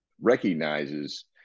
recognizes